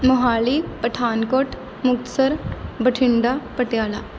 Mohali Pathankot Muktsar Bathinda Patiala